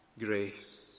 grace